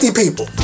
people